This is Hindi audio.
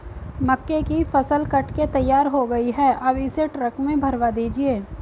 मक्के की फसल कट के तैयार हो गई है अब इसे ट्रक में भरवा दीजिए